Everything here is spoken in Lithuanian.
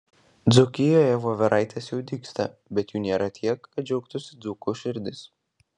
dzūkijoje voveraitės jau dygsta bet jų nėra tiek kad džiaugtųsi dzūkų širdys